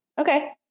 okay